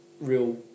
real